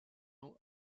ans